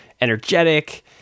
energetic